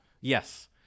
Yes